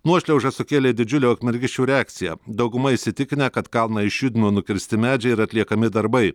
nuošliauža sukėlė didžiulią ukmergiškių reakciją dauguma įsitikinę kad kalną išjudino nukirsti medžiai ir atliekami darbai